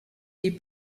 les